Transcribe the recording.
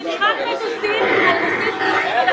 מטוסים, רק מטוסים על בסיס יומי.